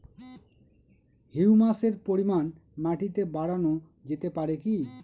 হিউমাসের পরিমান মাটিতে বারানো যেতে পারে কি?